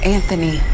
Anthony